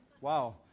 Wow